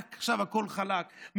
מעכשיו הכול חלק,